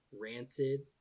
rancid